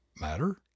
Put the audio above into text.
matter